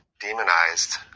demonized